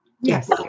Yes